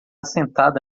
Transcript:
sentada